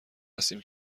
هستیم